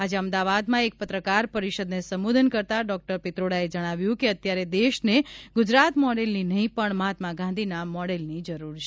આજે અમદાવાદમાં એક પત્રકાર પરિષદને સંબોધન કરતાં ડોકટર પિત્રોડાએ જણાવ્યું કે અત્યારે દેશને ગુજરાત મોડલની નહીં પણ મહાત્મા ગાંધીના મોડલની જરૂર છે